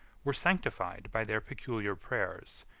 were sanctified by their peculiar prayers,